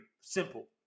Simple